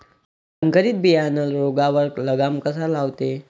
संकरीत बियानं रोगावर लगाम कसा लावते?